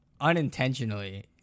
Unintentionally